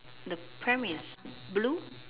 the pram is blue